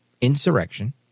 insurrection